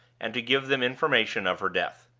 and to give them information of her death.